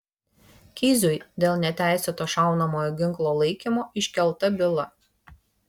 kiziui dėl neteisėto šaunamojo ginklo laikymo iškelta byla